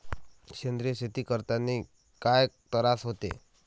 सेंद्रिय शेती करतांनी काय तरास होते?